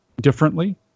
differently